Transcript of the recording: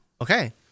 Okay